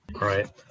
Right